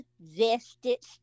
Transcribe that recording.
vested